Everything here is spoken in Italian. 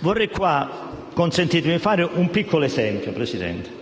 Vorrei qui fare un piccolo esempio, signora